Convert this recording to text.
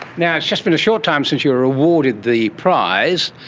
now, it's just been a short time since you were awarded the prize.